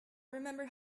remember